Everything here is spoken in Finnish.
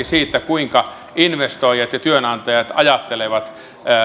siitä kuinka investoijat ja työnantajat ajattelevat